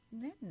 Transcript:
men